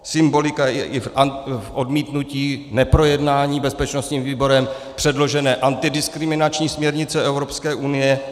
Symbolika je i v odmítnutí neprojednání bezpečnostním výborem předložené antidiskriminační směrnice Evropské unie.